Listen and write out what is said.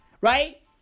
right